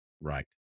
right